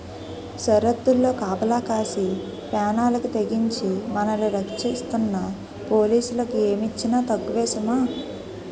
సరద్దుల్లో కాపలా కాసి పేనాలకి తెగించి మనల్ని రచ్చిస్తున్న పోలీసులకి ఏమిచ్చినా తక్కువే సుమా